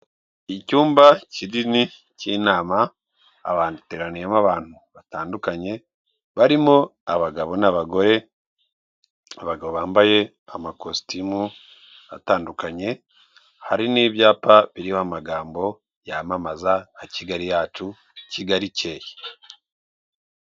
Icyumba kinini cy'inama hateraniyemo abantu batandukanye barimo abagabo n'abagore, abagabo bambaye amakositimu atandukanye, hari n'ibyapa biriho amagambo yamamaza nka Kigali yacu, Kigali ikeye.